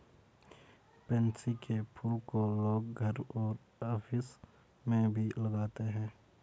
pansy के फूल को लोग घर और ऑफिस में भी लगाते है